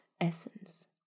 essence